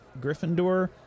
Gryffindor